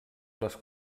les